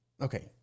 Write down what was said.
Okay